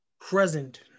present